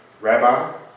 Rabbi